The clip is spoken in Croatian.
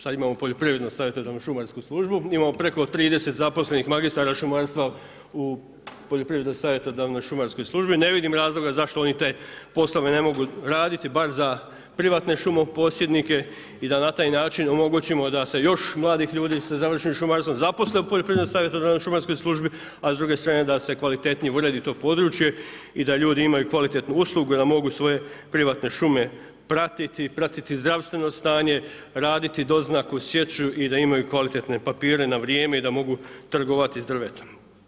Sad imamo poljoprivredno-savjetodavnu šumarsku službu, imamo preko 30 zaposlenih magistara šumarstva u poljoprivredno-savjetodavnoj šumarskoj službi, ne vidim razloga zašto oni taj posao ne mogu raditi bar za privatne šumoposjednike i da na taj način omogućimo da se još mladih ljudi sa završenim šumarstvom zaposle u poljoprivredno-savjetodavnoj šumarskoj službi, a s druge strane da se kvalitetnije uredi to područje i da ljudi imaju kvalitetnu uslugu i da mogu svoje privatne šume pratiti, pratiti zdravstveno stanje, raditi doznaku, sječu i da imaju kvalitetne papire na vrijeme i da mogu trgovati s drvetom.